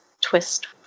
twist